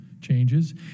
changes